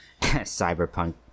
cyberpunk